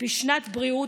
בשנת בריאות